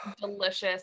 delicious